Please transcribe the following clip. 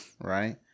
right